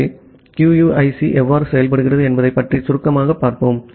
எனவே QUIC எவ்வாறு செயல்படுகிறது என்பதைப் பற்றி சுருக்கமாகப் பார்ப்போம்